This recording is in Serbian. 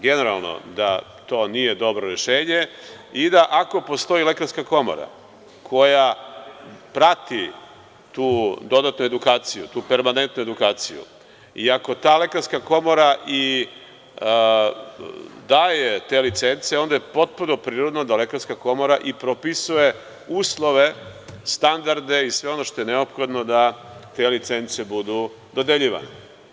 Generalno da to nije dobro rešenje i da ako postoji lekarska komora koja prati tu dodatu edukaciju, tu permanentnu edukaciju i ako ta lekarska komora i daje te licence, onda je potpuno prirodno da lekarska komora i propisuje uslove, standarde i sve ono što je neophodno da te licence budu dodeljivane.